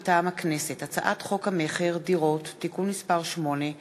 מטעם הכנסת: הצעת חוק המכר (דירות) (תיקון מס' 8)